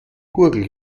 gurgel